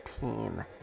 team